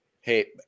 Hey